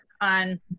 on